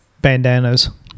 bandanas